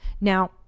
Now